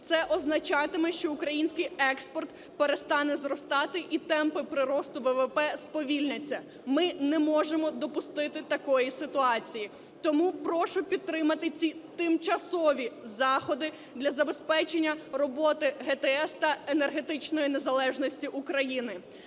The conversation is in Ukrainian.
Це означатиме, що український експорт перестане зростати і темпи приросту ВВП сповільняться. Ми не можемо допустити такої ситуації. Тому прошу підтримати ці тимчасові заходи для забезпечення роботи ГТС та енергетичної незалежності України.